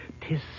Tis